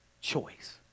choice